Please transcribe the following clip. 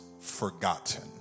forgotten